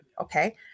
okay